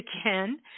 again